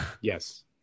Yes